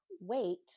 wait